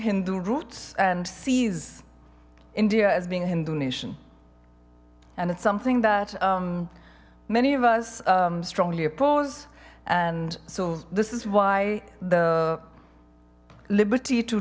hindu roots and sees india as being hindu nation and it's something that many of us strongly oppose and so this is why the liberty to